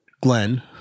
Glenn